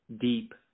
deep